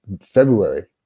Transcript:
February